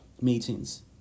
meetings